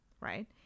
right